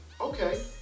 Okay